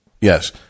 Yes